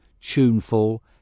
tuneful